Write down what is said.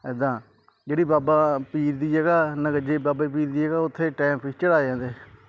ਇੱਦਾਂ ਜਿਹੜੀ ਬਾਬਾ ਪੀਰ ਦੀ ਜਗ੍ਹਾ ਨਗੱਜੇ ਬਾਬੇ ਪੀਰ ਦੀ ਉੱਥੇ ਟਾਈਮ ਪੀਸ ਚੜ੍ਹਾਏ ਜਾਂਦੇ